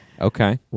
Okay